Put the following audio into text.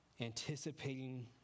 anticipating